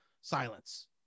Silence